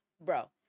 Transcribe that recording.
Bro